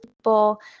people